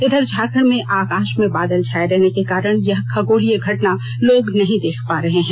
इधर झारखंड में आकाश में बादल छाये रहने के कारण यह खगोलीय घटना लोग नहीं देख पा रहे हैं